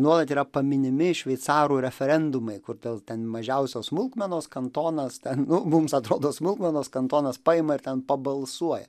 nuolat yra paminimi šveicarų referendumai kur dėl mažiausios smulkmenos kantonas ten mums atrodo smulkmenos kantonas paima ir ten pabalsuoja